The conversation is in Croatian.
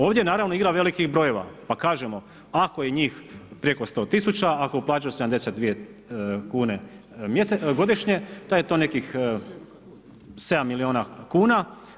Ovdje je naravno igra velikih brojeva, pa kažemo ako je njih preko 100 tisuća, ako plaćaju 72 kuna godišnje, da je to nekih 7 milijuna kuna.